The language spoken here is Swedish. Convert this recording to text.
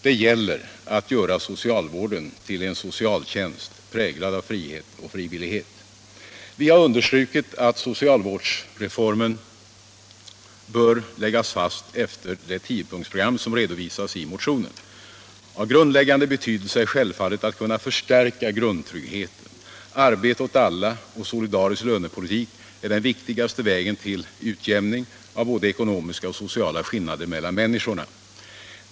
Det gäller att göra socialvården till en socialtjänst, präglad av frihet och frivillighet. Vi har understrukit att socialvårdsreformen bör läggas fast efter det tiopunktsprogram som redovisats i motionen. Av grundläggande betydelse är självfallet att kunna förstärka grundtryggheten. Arbete åt alla och solidarisk lönepolitik är den viktigaste vägen till utjämning av både ekonomiska och sociala skillnader mellan människorna.